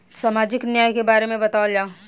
सामाजिक न्याय के बारे में बतावल जाव?